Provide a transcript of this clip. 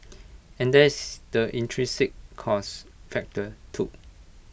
and there is the intrinsic cost factor too